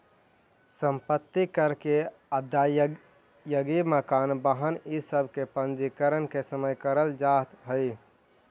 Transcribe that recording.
सम्पत्ति कर के अदायगी मकान, वाहन इ सब के पंजीकरण के समय करल जाऽ हई